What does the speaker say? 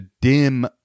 dim